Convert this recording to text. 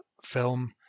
film